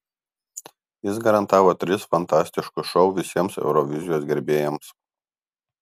jis garantavo tris fantastiškus šou visiems eurovizijos gerbėjams